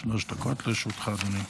שלוש דקות לרשותך, אדוני.